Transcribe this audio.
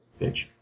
Bitch